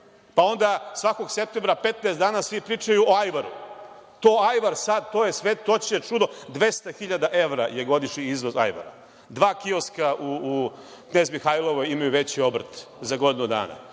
uradili? Svakog septembra 15 dana svi pričaju o ajvaru. To ajvar sad, to je sve, to je čudo. Dvesta hiljada evra je godišnji izvoz ajvara, dva kioska u Knez Mihajlovoj imaju veći obrt za godinu dana.